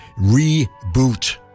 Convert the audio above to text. reboot